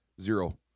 zero